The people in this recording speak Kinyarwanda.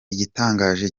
igitangaje